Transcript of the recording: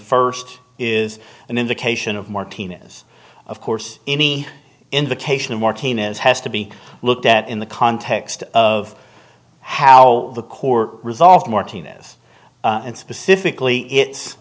first is an indication of martinez of course any indication of martinez has to be looked at in the context of how the court resolved martinez and specifically it